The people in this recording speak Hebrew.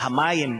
מים,